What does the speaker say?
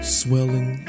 swelling